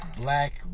black